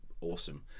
Awesome